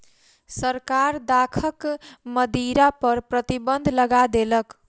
सरकार दाखक मदिरा पर प्रतिबन्ध लगा देलक